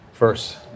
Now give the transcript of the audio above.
First